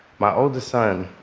my oldest son,